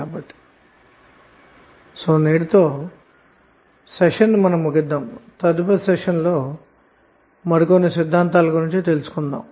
కాబట్టినేటిసెషన్ ఇంతటితో ముగిద్దాము తదుపరి సెషన్లో మరికొన్ని సిద్ధాంతాల గురించి తెలుసుకొందాము